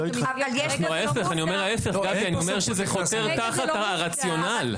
ההיפך, זה חותר תחת הרציונל.